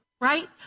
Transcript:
right